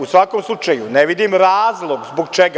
U svakom slučaju, ne vidim razlog zbog čega.